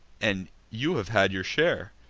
and you have had your share.